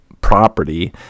property